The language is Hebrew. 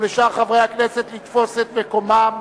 ולשאר חברי הכנסת לתפוס את מקומם,